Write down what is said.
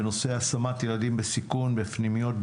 בנושא דוח המבקר בנושא השמת ילדים בסיכון בפנימיות,